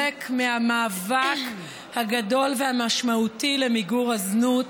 מהמאבק הגדול והמשמעותי למיגור הזנות,